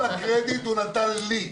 הקרדיט הוא נתן לי,